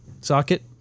socket